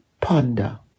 ponder